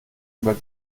über